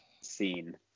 scene